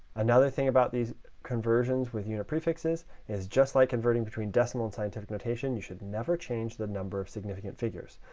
another thing about these conversions with unit prefixes is just like converting between decimal and scientific notation, you should never change the number of significant figures.